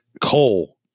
Cole